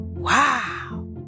Wow